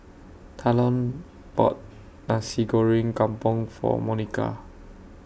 Talon bought Nasi Goreng Kampung For Monika